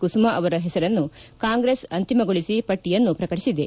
ಕುಸುಮಾ ಅವರ ಹೆಸರನ್ನು ಕಾಂಗ್ರೆಸ್ ಅಂತಿಮಗೊಳಿಸಿ ಪಟ್ಟಿಯನ್ನು ಪ್ರಕಟಿಸಿದೆ